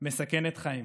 מסכנת חיים,